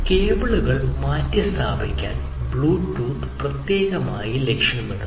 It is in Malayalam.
കേബിളുകൾ മാറ്റിസ്ഥാപിക്കാൻ ബ്ലൂടൂത്ത് പ്രത്യേകമായി ലക്ഷ്യമിടുന്നു